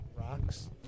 Rocks